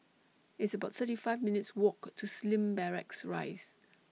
It's about thirty five minutes' Walk to Slim Barracks Rise